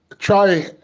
Try